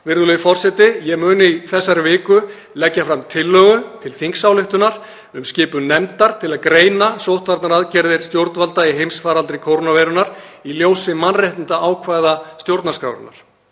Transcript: Virðulegi forseti. Ég mun í þessari viku leggja fram tillögu til þingsályktunar um skipun nefndar til að greina sóttvarnaaðgerðir stjórnvalda í heimsfaraldri kórónuveirunnar í ljósi mannréttindaákvæða stjórnarskrárinnar.